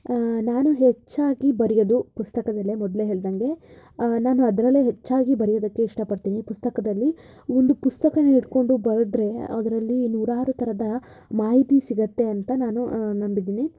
ನಾನು ಹೆಚ್ಚಾಗಿ ಬರ್ಯೋದು ಪುಸ್ತಕದಲ್ಲೇ ಮೊದಲೇ ಹೇಳ್ದಂಗೆ ನಾನು ಅದರಲ್ಲೇ ಹೆಚ್ಚಾಗಿ ಬರ್ಯೋದಕ್ಕೆ ಇಷ್ಟಪಡ್ತೀನಿ ಪುಸ್ತಕದಲ್ಲಿ ಒಂದು ಪುಸ್ತಕನ ಹಿಡ್ಕೊಂಡು ಬರೆದ್ರೆ ಅದರಲ್ಲಿ ನೂರಾರು ಥರದ ಮಾಹಿತಿ ಸಿಗತ್ತೆ ಅಂತ ನಾನು ನಂಬಿದೀನಿ